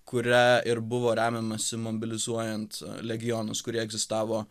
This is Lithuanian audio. kurią ir buvo remiamasi mobilizuojant legionus kurie egzistavo